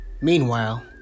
Meanwhile